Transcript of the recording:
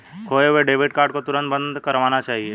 खोये हुए debit card को तुरंत बंद करवाना चाहिए